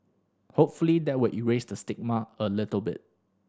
hopefully that will erase the stigma a little bit